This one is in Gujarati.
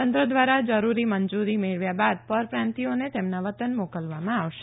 તંત્ર દ્રારા જરૂરી મંજુરી મેળવ્યા બાદ પરપ્રાંતિઓને તેમનાવતન મોકલવામાં આવશે